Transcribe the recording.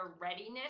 readiness